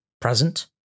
present